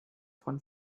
von